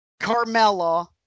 Carmella